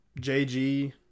JG